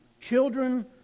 Children